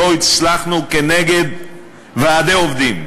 לא הצלחנו כנגד ועדי עובדים.